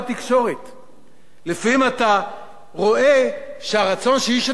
לפעמים אתה רואה שהרצון של איש התקשורת הוא למכור תקשורת,